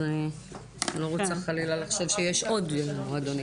אז אני לא רוצה חלילה לחשוב שיש עוד מועדונים.